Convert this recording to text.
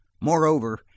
moreover